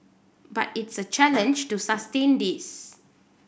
but it is a challenge to sustain this